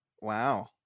Wow